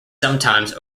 sometimes